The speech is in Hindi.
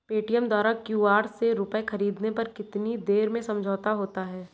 पेटीएम द्वारा क्यू.आर से रूपए ख़रीदने पर कितनी देर में समझौता होता है?